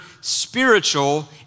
spiritual